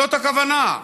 זאת הכוונה,